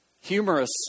humorous